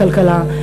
בכלכלה,